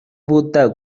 பூத்த